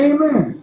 Amen